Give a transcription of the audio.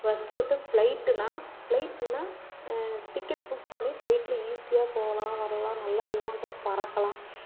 bus விட்டு ப்ளைட்டுன்னா ஃப்ளைட்ன்னா டிக்கெட் புக் பண்ணி ஃப்ளைடில் ஈஸியாக போகலாம் வரலாம் நல்லா விமானத்தில் பறக்கலாம்